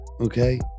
okay